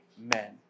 men